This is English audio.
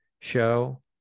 show